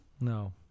No